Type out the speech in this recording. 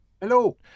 Hello